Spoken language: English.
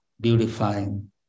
beautifying